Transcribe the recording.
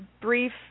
brief